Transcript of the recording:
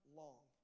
long